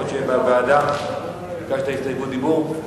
יכול להיות שבוועדה ביקשת הסתייגות דיבור.